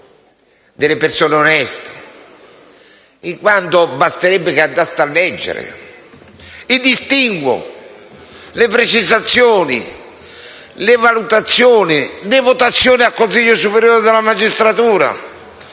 Delle persone oneste. Infatti, basterebbe leggere i distinguo, le precisazioni, le valutazioni e le votazioni al Consiglio superiore della magistratura